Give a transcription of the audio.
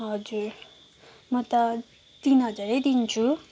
हजुर म त तिन हजारै दिन्छु